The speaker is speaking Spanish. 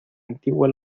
antigua